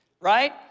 right